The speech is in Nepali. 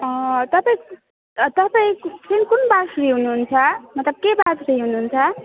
तपाईँ तपाईँ कुन कुन वार फ्री हुनुहुन्छ मतलब के वार फ्री हुनुहुन्छ